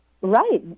Right